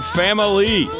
family